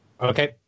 Okay